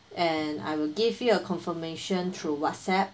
and I will give you a confirmation through whatsapp